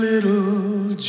little